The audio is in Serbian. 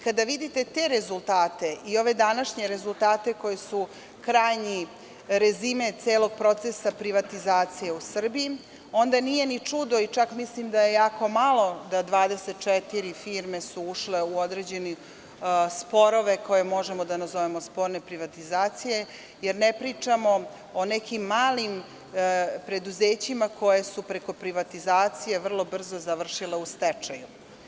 Kada vidite te rezultate i ove današnje rezultate koji su krajnji rezime celog procesa privatizacije u Srbiji, onda nije ni čudo i čak mislim da je jako malo da su 24 firme ušle u određene sporove koje možemo da nazovemo sporne privatizacije, jer ne pričamo o nekim malim preduzećima koja su preko privatizacije vrlo brzo završila u stečaju.